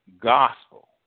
gospel